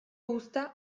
uzta